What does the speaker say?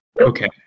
Okay